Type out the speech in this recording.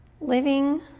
Living